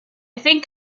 think